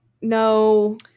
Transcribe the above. no